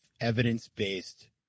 evidence-based